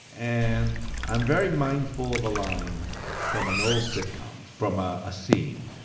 and i'm very mindful of a line from an old sitcom, from ah a scene,